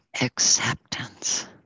acceptance